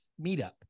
meetup